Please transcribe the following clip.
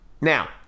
now